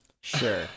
Sure